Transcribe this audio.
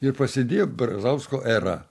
ir prasidėjo brazausko era